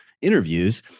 interviews